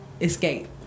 escape